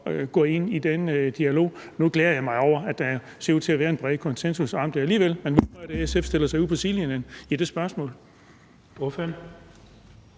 gå ind i den dialog? Nu glæder jeg mig over, at der ser ud til at være en bred konsensus her alligevel, men hvorfor stiller SF sig ud på sidelinjen i det spørgsmål?